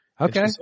Okay